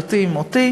שביקשתי לברר.